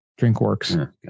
DrinkWorks